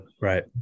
Right